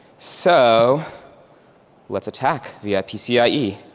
so let's attack the pcie.